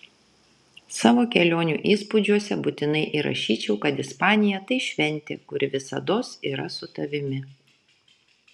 savo kelionių įspūdžiuose būtinai įrašyčiau kad ispanija tai šventė kuri visados yra su tavimi